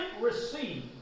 receive